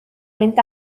mynd